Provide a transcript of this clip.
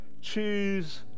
choose